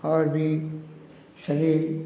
और भी सभी